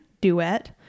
Duet